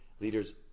Leaders